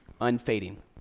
unfading